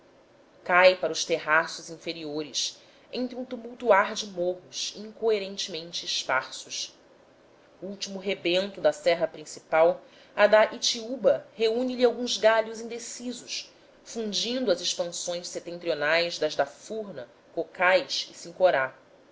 cai para os terraços inferiores entre um tumultuar de morros incoerentemente esparsos último rebento da serra principal a da itiúba reúne lhe alguns galhos indecisos fundindo as expansões setentrionais das da furna cocais e sincorá